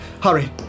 Hurry